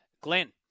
Glenn